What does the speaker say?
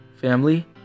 family